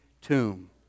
tomb